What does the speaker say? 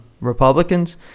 Republicans